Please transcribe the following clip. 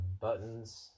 Buttons